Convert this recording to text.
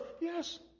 Yes